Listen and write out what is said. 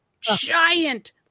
giant